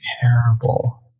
terrible